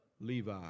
Levi